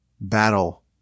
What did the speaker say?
battle